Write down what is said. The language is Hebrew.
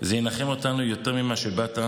זה ינחם אותנו יותר ממה שבאת,